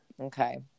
Okay